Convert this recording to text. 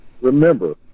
Remember